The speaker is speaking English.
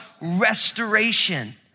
restoration